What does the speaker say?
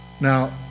Now